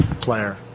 player